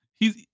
hes